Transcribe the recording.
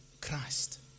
Christ